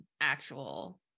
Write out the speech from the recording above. actual